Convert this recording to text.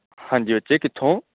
ਹਾਂਜੀ ਕਿੱਥੋਂ